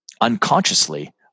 unconsciously